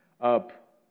up